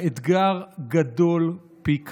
האתגר גדול פי כמה.